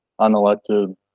unelected